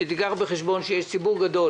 שתיקח בחשבון שיש ציבור גדול